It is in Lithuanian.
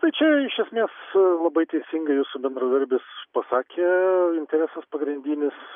tai čia iš esmės labai teisingai jūsų bendradarbis pasakė interesas pagrindinis